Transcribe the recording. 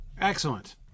excellent